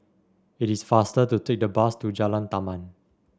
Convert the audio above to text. it is faster to take the bus to Jalan Taman